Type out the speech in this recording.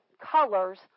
colors